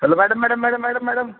hello madam madam madam madam madam